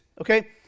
okay